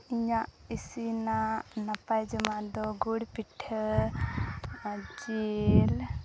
ᱤᱧᱟᱹᱜ ᱤᱥᱤᱱᱟᱜ ᱱᱟᱯᱟᱭ ᱡᱚᱢᱟᱜ ᱫᱚ ᱜᱩᱲ ᱯᱤᱴᱷᱟᱹ ᱟᱨ ᱡᱤᱞ